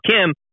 Kim